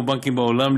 כמו בנקים בעולם,